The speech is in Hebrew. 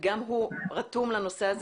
וגם הוא רתום לנושא הזה,